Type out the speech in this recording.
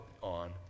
on